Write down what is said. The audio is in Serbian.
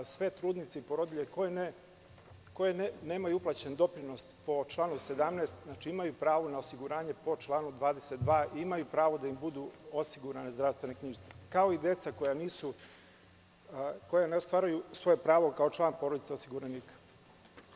Sve trudnice i porodilje koje nemaju uplaćen doprinos po članu 17. imaju pravo na osiguranje po članu 22. i imaju pravo da im budu osigurane zdravstvene knjižice, kao i deca koja ne ostvaruju svoje pravo kao član porodice osiguranika.